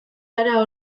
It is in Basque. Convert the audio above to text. gara